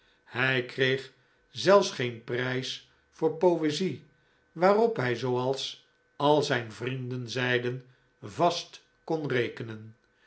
hij kreeg zelfs geen prijs voor poezie waarop hij zooals al zijn vrienden zeiden vast kon rekenen